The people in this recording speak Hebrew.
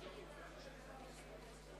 ובכן, תמה ההצבעה.